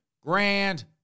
grand